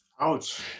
Ouch